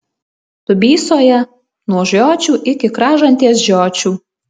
dubysoje nuo žiočių iki kražantės žiočių